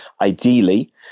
Ideally